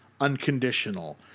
unconditional